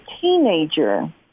teenager